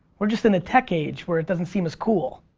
we're just in the tech age where it doesn't seem as cool.